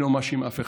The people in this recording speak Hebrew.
אני לא מאשים אף אחד,